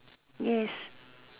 yes